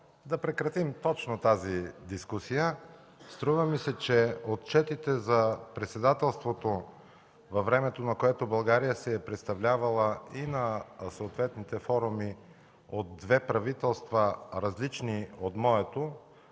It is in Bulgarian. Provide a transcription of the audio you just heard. да прекратим точно тази дискусия. Струва ми се, че отчетите за председателството във времето, в което България се е представлявала и на съответните форуми от две правителства, различни от моето,